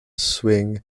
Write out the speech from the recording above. swing